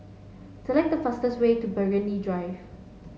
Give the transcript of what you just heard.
select the fastest way to Burgundy Drive